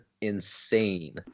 insane